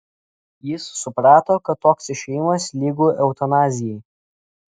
jis suprato kad toks išėjimas lygu eutanazijai